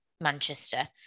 Manchester